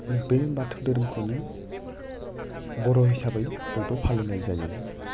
बे बाथौ दोहोरोमखौनो बर' हिसाबै बयबो फालिनाय जायो